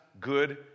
good